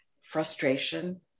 frustration